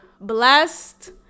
blessed